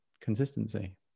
consistency